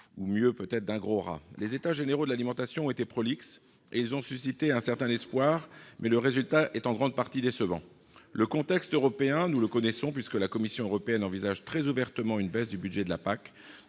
ou, mieux peut-être, d'un gros rat ! Tout dans la nuance ! Les États généraux de l'alimentation ont été prolixes et ont suscité un certain espoir, mais le résultat est en grande partie décevant. Le contexte européen, nous le connaissons, puisque la Commission européenne envisage très ouvertement une baisse du budget de la PAC.